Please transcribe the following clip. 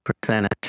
percentage